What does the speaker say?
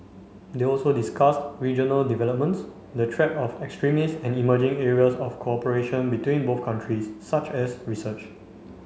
they also discussed regional developments the threat of extremist and emerging areas of cooperation between both countries such as research